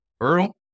Earl